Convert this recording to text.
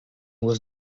was